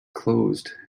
closed